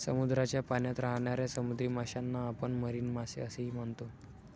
समुद्राच्या पाण्यात राहणाऱ्या समुद्री माशांना आपण मरीन मासे असेही म्हणतो